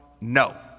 No